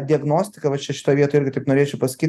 diagnostika va čia šitoj vietoj irgi taip norėčiau pasakyt